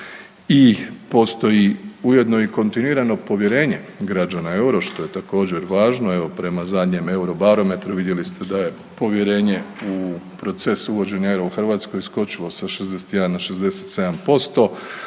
i postoji ujedno i kontinuirano povjerenje građana u euro, što je također, važno, evo, prema zadnjem Eurobarometru vidjeli ste da je povjerenje u proces uvođenja eura u Hrvatskoj skočila sa 61 na 67%.